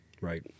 right